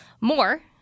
more